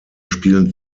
spielen